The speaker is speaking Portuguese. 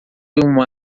uma